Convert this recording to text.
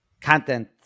content